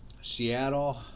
Seattle